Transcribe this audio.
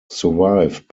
survived